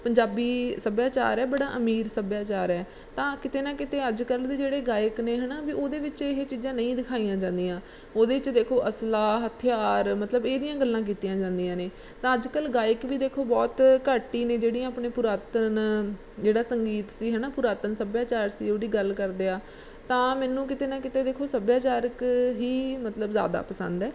ਪੰਜਾਬੀ ਸੱਭਿਆਚਾਰ ਹੈ ਬੜਾ ਅਮੀਰ ਸੱਭਿਆਚਾਰ ਹੈ ਤਾਂ ਕਿਤੇ ਨਾ ਕਿਤੇ ਅੱਜ ਕੱਲ੍ਹ ਦੇ ਜਿਹੜੇ ਗਾਇਕ ਨੇ ਹੈ ਨਾ ਵੀ ਉਹਦੇ ਵਿੱਚ ਇਹ ਚੀਜ਼ਾਂ ਨਹੀਂ ਦਿਖਾਈਆਂ ਜਾਂਦੀਆਂ ਉਹਦੇ 'ਚ ਦੇਖੋ ਅਸਲਾ ਹਥਿਆਰ ਮਤਲਬ ਇਹਦੀਆਂ ਗੱਲਾਂ ਕੀਤੀਆਂ ਜਾਂਦੀਆਂ ਨੇ ਤਾਂ ਅੱਜ ਕੱਲ੍ਹ ਗਾਇਕ ਵੀ ਦੇਖੋ ਬਹੁਤ ਘੱਟ ਹੀ ਨੇ ਜਿਹੜੀ ਆਪਣੇ ਪੁਰਾਤਨ ਜਿਹੜਾ ਸੰਗੀਤ ਸੀ ਹੈ ਨਾ ਪੁਰਾਤਨ ਸੱਭਿਆਚਾਰ ਸੀ ਉਹਦੀ ਗੱਲ ਕਰਦੇ ਆ ਤਾਂ ਮੈਨੂੰ ਕਿਤੇ ਨਾ ਕਿਤੇ ਦੇਖੋ ਸੱਭਿਆਚਾਰਕ ਹੀ ਮਤਲਬ ਜ਼ਿਆਦਾ ਪਸੰਦ ਹੈ